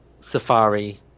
Safari